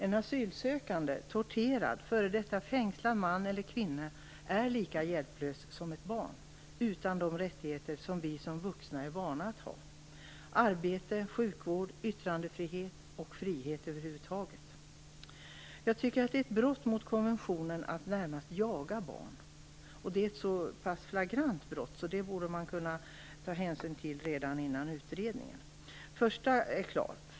En asylsökande torterad, f.d. fängslad man eller kvinna är lika hjälplös som ett barn utan de rättigheter som vi som vuxna är vana att ha, arbete, sjukvård, yttrandefrihet och frihet över huvud taget. Jag tycker att det är ett brott mot konventionen att närmast jaga barn. Det är ett så pass flagrant brott att man borde kunna ta hänsyn till det redan innan utredningen är klar.